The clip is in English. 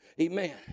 Amen